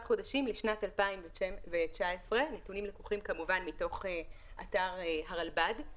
חודשים משנת 2019. הנתונים לקוחים כמובן מתוך אתר הרלב"ד.